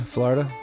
Florida